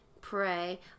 pray